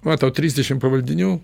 va tau trisdešimt pavaldinių